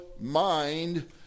mind